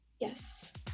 yes